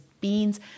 beans